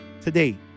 Today